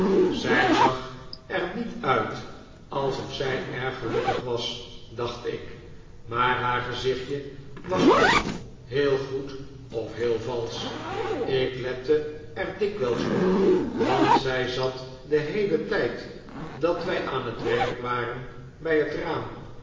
zij zag er niet uit alsof zij erg gelukkig was dacht ik maar haar gezichtje was of heel goed of heel valsch ik lette er dikwijls op want zij zat den he'elen tijd dat wij aan het werk waren bij het raam